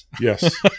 Yes